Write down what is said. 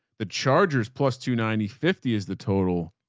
the chargers plus two ninety fifty is the total